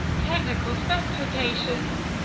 technical specifications